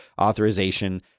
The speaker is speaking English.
authorization